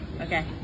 okay